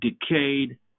decayed